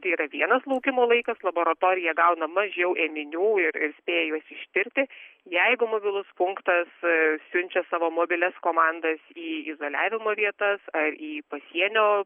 tai yra vienas laukimo laikas laboratorija gauna mažiau ėminių ir ir spėjus ištirti jeigu mobilus punktas siunčia savo mobilias komandas į izoliavimo vietas ar į pasienio